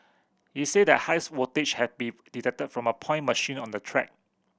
he said that highs voltage had been detected from a point machine on the track